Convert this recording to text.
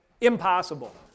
impossible